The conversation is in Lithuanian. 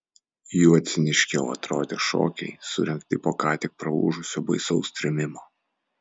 juo ciniškiau atrodė šokiai surengti po ką tik praūžusio baisaus trėmimo